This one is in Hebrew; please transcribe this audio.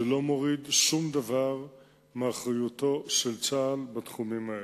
זה לא מוריד שום דבר מאחריותו של צה"ל בתחומים האלה.